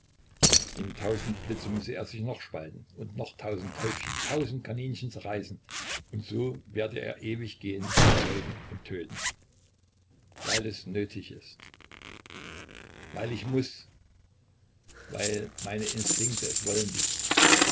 in tausend blitze müsse er sich noch spalten und noch tausend täubchen tausend kaninchen zerreißen und so werde er ewig gehen und zeugen und töten weil es nötig ist weil ich muß weil meine instinkte es wollen